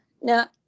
Now